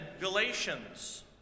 Galatians